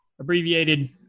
abbreviated